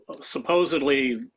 supposedly